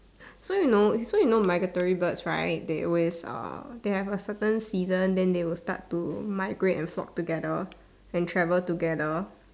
so you know so you know migratory birds right they always uh they have a certain season then they will start to migrate and flock together and travel together